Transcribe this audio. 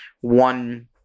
one